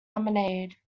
lemonade